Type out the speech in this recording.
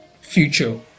future